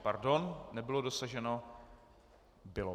Pardon, nebylo dosaženo bylo.